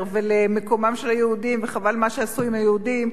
ולמקומם של היהודים וחבל מה שעשו עם היהודים,